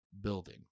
building